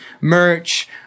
merch